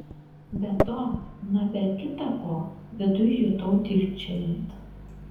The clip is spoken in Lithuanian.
be to na be kita ko viduj jutau dilgčiojant